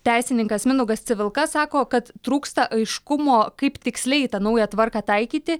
teisininkas mindaugas civilka sako kad trūksta aiškumo kaip tiksliai tą naują tvarką taikyti